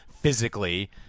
physically